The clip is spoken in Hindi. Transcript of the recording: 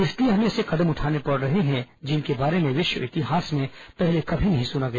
इसलिए हमें ऐसे कदम उठाने पड़ रहे हैं जिनके बारे में विश्व इतिहास में पहले कभी नहीं सुना गया